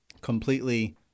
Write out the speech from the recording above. completely